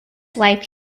life